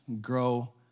grow